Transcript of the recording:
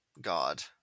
God